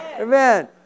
Amen